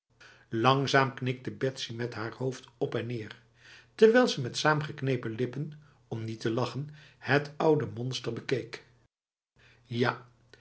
langzaam knikte betsy met het hoofd op en neer terwijl ze met saamgeknepen lippen om niet te lachen het oude monster bekeek ja